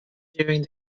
during